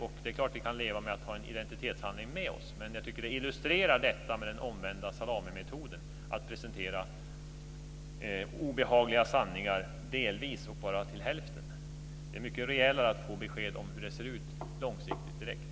Det är klart att vi kan leva med att ha en identitetshandling med oss, men jag tycker att det illustrerar detta med den omvända salamimetoden, att man presenterar obehagliga sanningar delvis och bara till hälften. Det är mycket rejälare att direkt få besked om hur det ser ut långsiktigt.